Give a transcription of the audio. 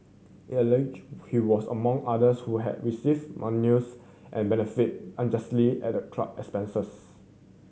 it allege he was among others who have received monies and benefited unjustly at the club expense